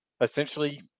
essentially